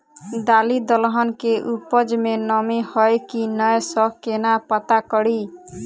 दालि दलहन केँ उपज मे नमी हय की नै सँ केना पत्ता कड़ी?